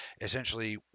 essentially